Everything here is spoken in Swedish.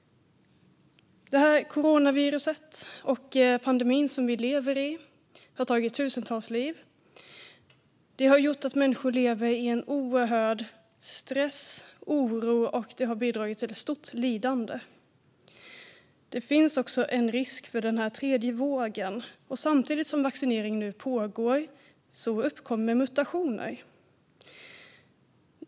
Coronaviruset och den pandemi vi lever i har tagit tusentals liv och gjort att människor lever i en oerhörd stress och oro, vilket har bidragit till ett stort lidande. Nu finns det en risk för en tredje våg. Samtidigt som vaccinering nu pågår uppkommer också mutationer.